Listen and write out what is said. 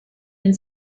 and